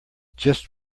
just